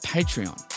Patreon